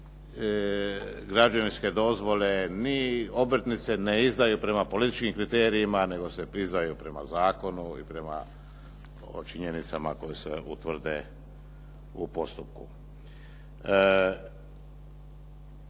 ni građevinske dozvole, ni obrtnice ne izdaju prema političkim kriterijima nego se izdaju prema zakonu i prema činjenicama koje se utvrde u postupku.